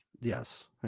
Yes